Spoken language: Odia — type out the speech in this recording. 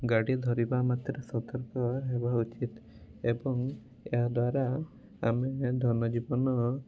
ଗାଡ଼ି ଧରିବା ମାତ୍ରେ ସତର୍କ ହେବା ଉଚିତ୍ ଏବଂ ଏହା ଦ୍ଵାରା ଆମେ ଧନ ଜୀବନ